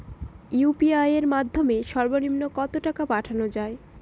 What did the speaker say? UPI এর মাধ্যমে সর্ব নিম্ন কত টাকা পাঠানো য়ায়?